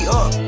up